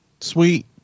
Sweet